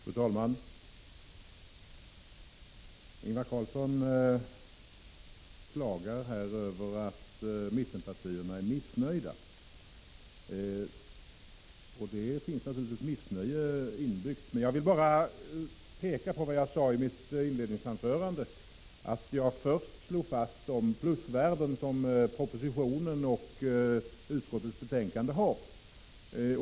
Fru talman! Ingvar Carlsson klagar över att mittenpartierna är missnöjda, och det finns naturligtvis ett missnöje inbyggt. Jag vill emellertid peka på vad jag sade i mitt inledningsanförande, där jag först slog fast de plusvärden som propositionen och utskottsbetänkandet har.